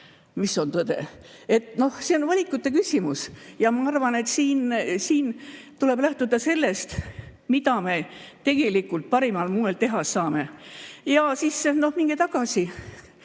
mis on tõde. Noh, see on valikute küsimus. Ma arvan, et siin tuleb lähtuda sellest, mida me tegelikult parimal moel teha saame. Ja mingem tagasi.